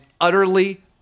utterly